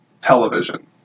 television